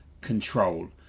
control